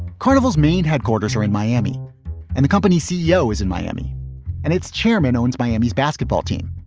carnival's main headquarters are in miami and the company's ceo is in miami and its chairman owns miami's basketball team.